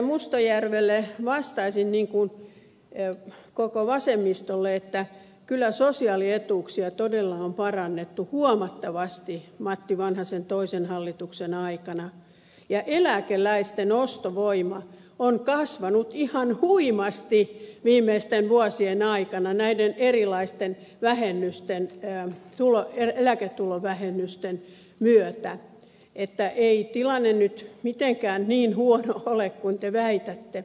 mustajärvelle vastaisin niin kuin koko vasemmistolle että kyllä sosiaalietuuksia todella on parannettu huomattavasti matti vanhasen toisen hallituksen aikana ja eläkeläisten ostovoima on kasvanut ihan huimasti viimeisten vuosien aikana näiden erilaisten eläketulovähennysten myötä niin että ei tilanne nyt mitenkään niin huono ole kuin te väitätte